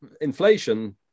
inflation